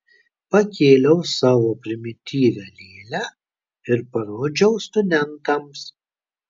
pakėliau savo primityvią lėlę ir parodžiau studentams